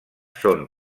són